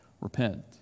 Repent